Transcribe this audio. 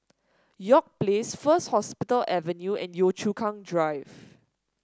York Place First Hospital Avenue and Yio Chu Kang Drive